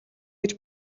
гэж